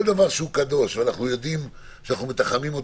פה הצענו לכתוב שחובה על הגורם האחראי לקיום